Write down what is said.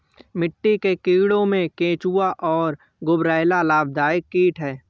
मिट्टी के कीड़ों में केंचुआ और गुबरैला लाभदायक कीट हैं